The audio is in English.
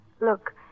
Look